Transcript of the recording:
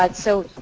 but so,